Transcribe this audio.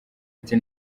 ati